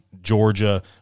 Georgia